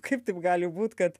kaip taip gali būt kad